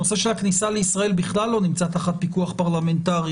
הנושא של הכניסה לישראל בכלל לא נמצא תחת פיקוח פרלמנטרי,